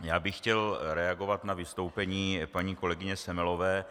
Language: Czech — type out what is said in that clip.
Já bych chtěl reagovat na vystoupení paní kolegyně Semelové.